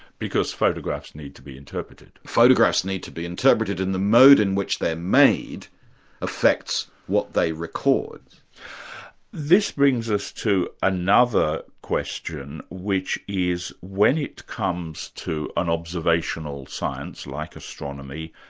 because photographs need to be interpreted. photographs need to be interpreted and the mode in which they're made affects what they record this brings us to another question which is when it comes to an observational science like astronomy,